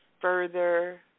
further